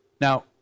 Now